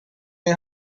این